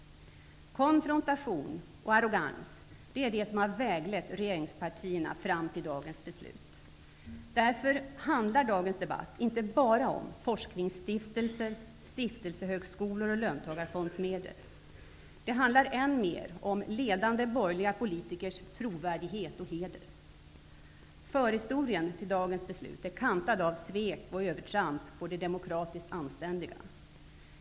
Konfrontation och arrogans är det som helt väglett regeringspartierna fram till dagens beslut. Därför handlar dagens debatt inte bara om forskningsstiftelser, stiftelsehögskolor och löntagarfondsmedel. Det handlar än mer om ledande borgerliga politikers trovärdighet och heder. Förhistorien till dagens beslut är kantad av svek och övertramp mot det demokratiskt anständiga.